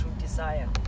desire